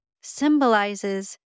symbolizes